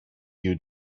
you